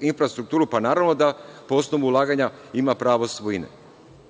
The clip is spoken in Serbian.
infrastrukturu, pa naravno da po osnovu ulaganja ima pravo svojine. Mislim